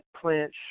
plant